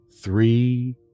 three